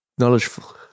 Knowledgeful